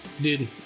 Dude